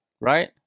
right